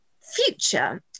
future